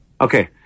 Okay